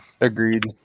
Agreed